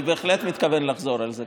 אני בהחלט מתכוון לחזור על זה,